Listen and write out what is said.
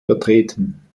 vertreten